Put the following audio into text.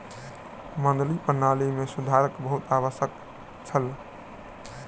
मंडी प्रणाली मे सुधारक बहुत आवश्यकता छल